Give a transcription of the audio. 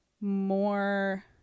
more